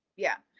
yeah,